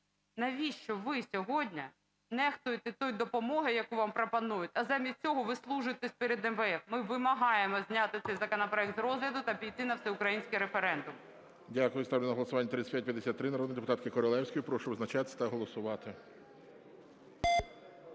Навіщо ви сьогодні нехтуєте тою допомогою, яку вам пропонують, а замість цього вислужуєтесь перед МВФ? Ми вимагаємо зняти цей законопроект з розгляду та піти на всеукраїнський референдум. ГОЛОВУЮЧИЙ. Дякую. Ставлю на голосування 3553 народної депутатки Королевської. Прошу визначатися та голосувати.